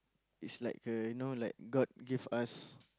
it's like a you know like god give us